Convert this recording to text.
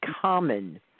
common